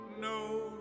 no